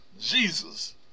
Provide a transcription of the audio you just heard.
Jesus